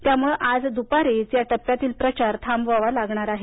त्यामुळं आज दुपारीच या टप्प्यातील प्रचार थांबवावा लागणार आहे